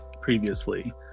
previously